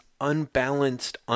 unbalanced